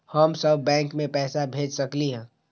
हम सब बैंक में पैसा भेज सकली ह?